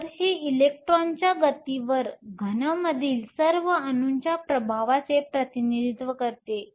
तर हे इलेक्ट्रॉनच्या गतीवर घनमधील सर्व अणूंच्या प्रभावाचे प्रतिनिधित्व करते